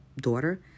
daughter